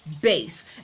base